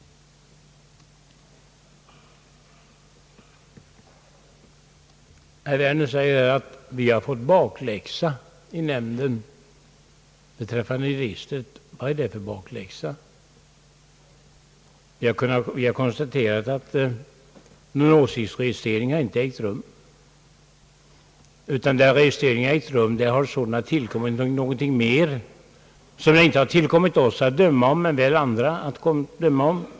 Herr Werner säger att vi har fått bakläxa i nämnden beträffande registret. Vad är det för bakläxa? Vi har konstaterat att någon åsiktsregistrering inte har ägt rum. De registreringar som gjorts har varit föranledda av något mer som det inte tillkommit oss — men väl andra — att döma om.